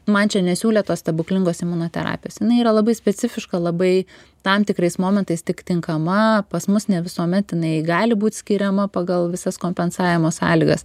man čia nesiūlė tos stebuklingos imunoterapijos jinai yra labai specifiška labai tam tikrais momentais tik tinkama pas mus ne visuomet jinai gali būt skiriama pagal visas kompensavimo sąlygas